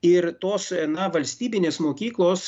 ir tos na valstybinės mokyklos